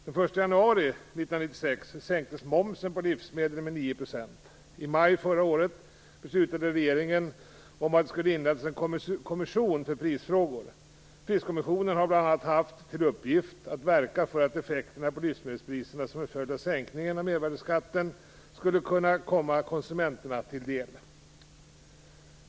Den 1 januari 1996 sänktes momsen på livsmedel med 9 %. I maj förra året beslutade regeringen att det skulle inrättas en kommission för prisfrågor. Priskommissionen har bl.a. haft till uppgift att verka för att effekterna på livsmedelspriserna som en följd av sänkningen av mervärdesskatten skulle kunna komma konsumenterna till del.